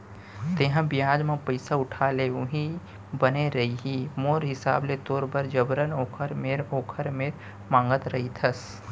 तेंहा बियाज म पइसा उठा ले उहीं बने रइही मोर हिसाब ले तोर बर जबरन ओखर मेर ओखर मेर मांगत रहिथस